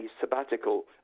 sabbatical